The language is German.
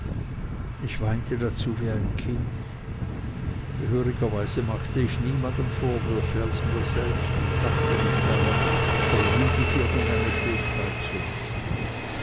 ich weinte dazu wie ein kind gehörigerweise machte ich niemandem vorwürfe als mir selbst und dachte nicht daran der judith irgendeine schuld beizumessen